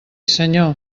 senyor